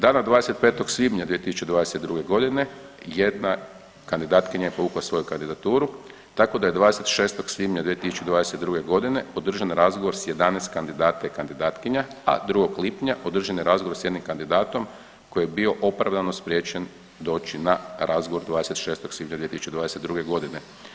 Dana 25. svibnja 2022. godine jedna kandidatkinja je povukla svoju kandidaturu, tako da je 26. svibnja 2022. godine održan razgovor sa 11 kandidata i kandidatkinja, a 2. lipnja održan je razgovor sa jednim kandidatom koji je bio opravdano spriječen doći na razgovor 26. svibnja 2022. godine.